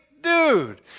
dude